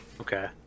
Okay